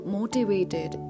motivated